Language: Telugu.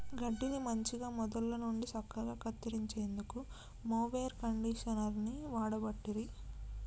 గడ్డిని మంచిగ మొదళ్ళ నుండి సక్కగా కత్తిరించేందుకు మొవెర్ కండీషనర్ని వాడబట్టిరి